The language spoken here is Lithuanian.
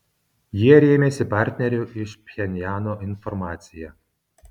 jie rėmėsi partnerių iš pchenjano informacija